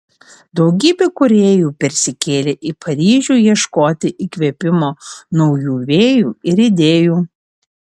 daugybė kūrėjų persikėlė į paryžių ieškoti įkvėpimo naujų vėjų ir idėjų